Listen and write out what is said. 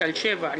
תל שבע,